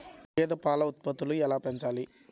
గేదె పాల ఉత్పత్తులు ఎలా పెంచాలి?